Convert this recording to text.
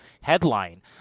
headline